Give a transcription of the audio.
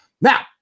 Now